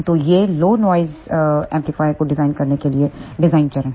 तो ये low noise amplifier को डिजाइन करने के लिए डिज़ाइन चरण हैं